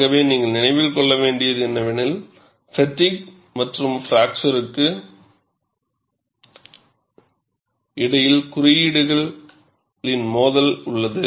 ஆகவே நீங்கள் நினைவில் கொள்ள வேண்டியது என்னவெனில் ஃப்பெட்டிக் மற்றும் பிராக்சர்க்கு இடையில் குறியீடுகளின் மோதல் உள்ளது